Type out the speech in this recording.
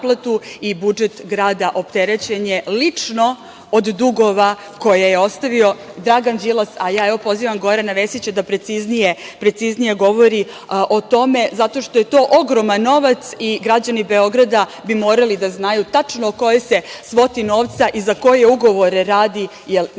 i budžet grada opterećen je lično od dugova koje je ostavio Dragan Đilas. Evo, ja pozivam Gorana Vesića da preciznije govori o tome zato što je to ogroman novac i građani Beograda bi morali da znaju tačno o kojoj se svoti novca i za koje ugovore radi, jer mi